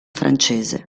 francese